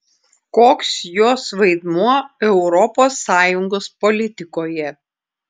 koks jos vaidmuo europos sąjungos politikoje